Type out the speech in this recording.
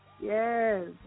Yes